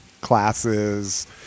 Classes